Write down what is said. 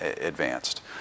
advanced